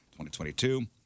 2022